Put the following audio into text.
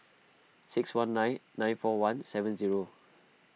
six one nine nine four one seven zero